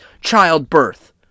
childbirth